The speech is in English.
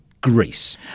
Greece